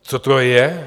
Co to je?